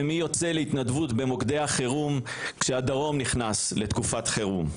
ומי עמד בהתנדבות במוקדי החירום כשהדרום נכנס לתקופת חירום?